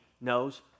knows